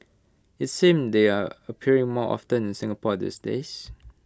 IT seems they're appearing more often in Singapore these days